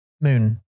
moon